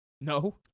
No